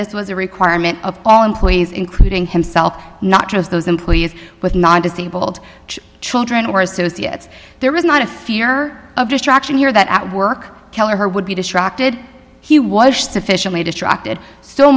this was a requirement of all employees including himself not just those employees with non disabled children or associates there was not a fear of distraction here that work killer would be distracted he was sufficiently distracted so